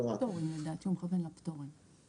חברת התעופה או במסגרת העבודה השוטפת של רת"א.